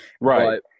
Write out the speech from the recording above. right